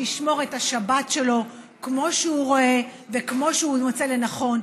שישמור את השבת שלו כמו שהוא רואה וכמו שהוא מוצא לנכון.